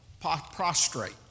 Prostrate